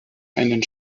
einen